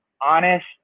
honest